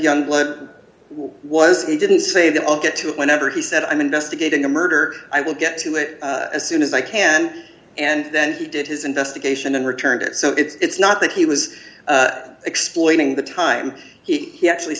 youngblood was he didn't say that i'll get to it whenever he said i'm investigating a murder i will get to it as soon as i can and then he did his investigation and returned it so it's not that he was exploiting the time he actually